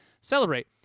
celebrate